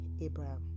Abraham